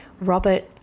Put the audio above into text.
Robert